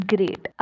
Great